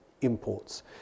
imports